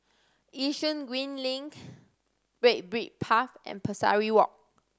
Yishun Green Link Red Brick Path and Pesari Walk